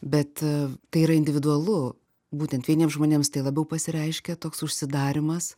bet tai yra individualu būtent vieniems žmonėms tai labiau pasireiškia toks užsidarymas